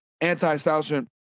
anti-establishment